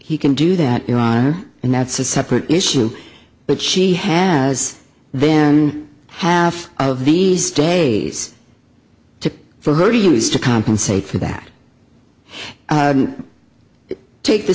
he can do that iran and that's a separate issue but she has then half of these days to pay for her to use to compensate for that take the